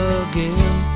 again